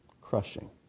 Crushing